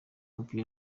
w’umupira